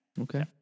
Okay